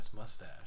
Mustache